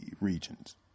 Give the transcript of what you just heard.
regions